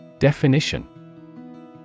Definition